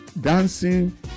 Dancing